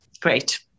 great